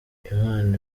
imana